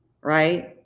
right